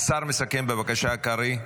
המסכם, בבקשה, קרעי.